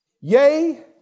Yea